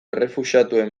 errefuxiatuen